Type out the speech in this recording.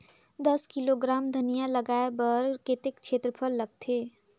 दस किलोग्राम धनिया लगाय बर कतेक क्षेत्रफल लगथे?